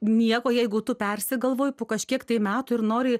nieko jeigu tu persigalvoji po kažkiek tai metų ir nori